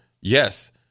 yes